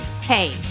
Hey